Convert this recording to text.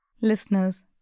Listeners